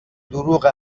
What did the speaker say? دروغ